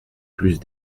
plus